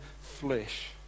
flesh